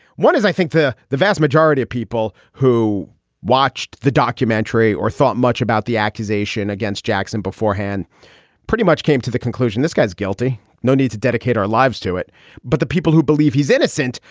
one is i think the the vast majority of people who watched the documentary or thought much about the accusation against jackson beforehand pretty much came to the conclusion this guy's guilty. no need to dedicate our lives to it but the people who believe he's innocent.